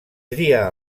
tria